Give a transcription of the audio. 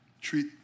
treat